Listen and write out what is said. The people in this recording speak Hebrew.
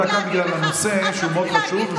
אני אוסיף לו עוד דקה בגלל הנושא שהוא מאוד חשוב.